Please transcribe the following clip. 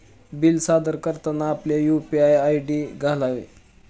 bill सादर करताना आपले यू.पी.आय आय.डी घालावे